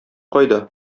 кайда